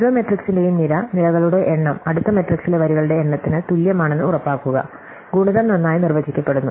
ഓരോ മാട്രിക്സിന്റെയും നിര നിരകളുടെ എണ്ണം അടുത്ത മാട്രിക്സിലെ വരികളുടെ എണ്ണത്തിന് തുല്യമാണെന്ന് ഉറപ്പാക്കുക ഗുണിതം നന്നായി നിർവചിക്കപ്പെടുന്നു